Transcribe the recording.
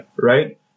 right